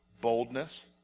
Boldness